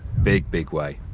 big big way.